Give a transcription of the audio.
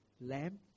lamb